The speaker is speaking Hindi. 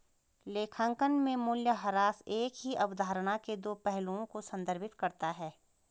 लेखांकन में मूल्यह्रास एक ही अवधारणा के दो पहलुओं को संदर्भित करता है